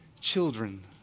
children